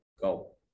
Go